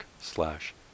slash